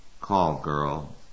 call-girl